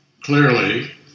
Clearly